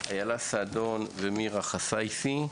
איילה סעדון ומירה חסייסי,